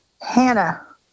Hannah